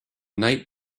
night